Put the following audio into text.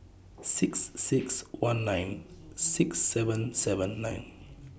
six six one nine six seven seven nine